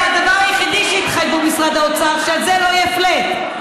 הדבר היחיד שהתחייב משרד האוצר זה שעל זה לא יהיה flat.